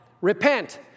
repent